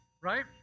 right